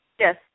Yes